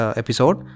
episode